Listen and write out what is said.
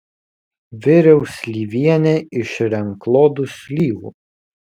viriau slyvienę iš renklodų slyvų